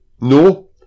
No